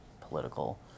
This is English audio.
political